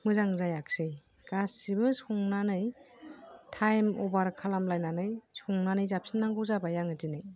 मोजां जायाखिसै गासिबो संनानै टाइम अभार खालामलायनानै संनानै जाफिन्नांगौ जाबाय आङो दिनै